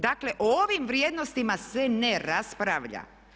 Dakle o ovim vrijednostima se ne raspravlja.